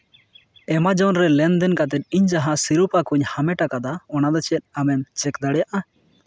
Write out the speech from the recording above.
Amazon ᱨᱮ ᱞᱮᱱᱫᱮᱱ ᱠᱟᱛᱮᱫ ᱤᱧ ᱡᱟᱦᱟᱸ ᱥᱤᱨᱯᱟᱹ ᱠᱩᱧ ᱦᱟᱢᱮᱴᱟᱠᱟᱫᱟ ᱚᱱᱟᱫᱚ ᱪᱮᱫ ᱟᱢᱮᱢ ᱪᱮᱠ ᱫᱟᱲᱮᱭᱟᱜᱼᱟ